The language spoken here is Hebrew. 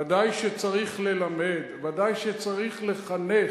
ודאי שצריך ללמד, ודאי שצריך לחנך,